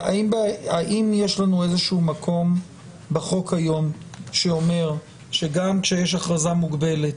האם יש לנו איזה שהוא מקום בחוק היום שאומר שגם כשיש הכרזה מוגבלת,